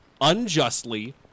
unjustly